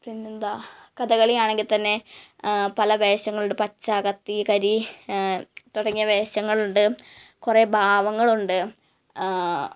പിന്നെന്താ കഥകളിയാണെങ്കില്ത്തന്നെ പല വേഷങ്ങളുണ്ട് പച്ച കത്തി കരി തുടങ്ങിയ വേഷങ്ങളുണ്ട് കുറെ ഭാവങ്ങളുണ്ട്